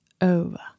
over